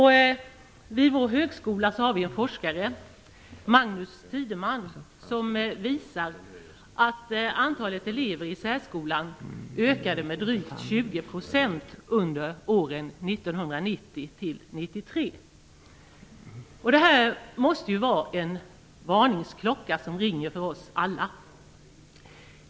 Vid vår högskola har vi en forskare, Magnus Tideman, som har visat att antalet elever i särskolan ökade med drygt 20 % under åren 1990-1993. Det här måste ju vara en varningsklocka som ringer för oss alla.